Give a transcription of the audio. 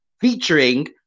featuring